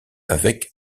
avec